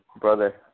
brother